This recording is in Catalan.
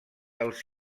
als